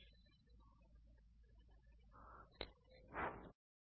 நாம் இங்கே கதிர்வீச்சு மண்டலத்தில் E1 H1 மட்டும் என்ன என அறிந்து கொண்டால் போதுமானது ஆகும்